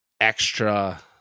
extra